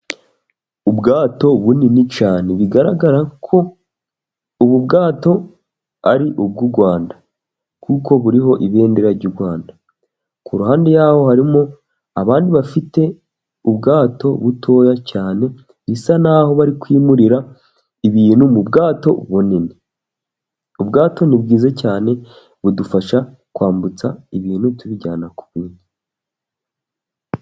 Ubwato bunini cyane ,bigaragara ko ubu bwato ari ubw'u Rwanda ,kuko buriho ibendera ry'u Rwanda, ku ruhande yaho harimo abandi bafite ubwato butoya cyane ,bisa naho bari kwimurira ibintu mu bwato bunini .Ubwato ni bwiza cyane, budufasha kwambutsa ibintu tubijyana ku bindi.